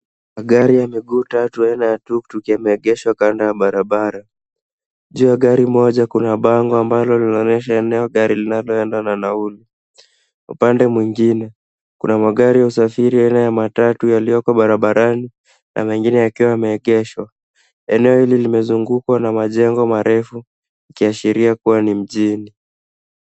Magari ya miguu tatu aina ya Tuktuk yameegeshwa kando ya barabara. Juu ya gari moja kuna bango ambalo linaonyesha eneo gari linaloenda na nauli. Upande mwingine, kuna magari ya usafiri aina ya matatu yaliyoko barabarani na mengine yakiwa yameegeshwa. Eneo hili limezungukwa na majengo marefu yakiashiria kuwa ni mjini.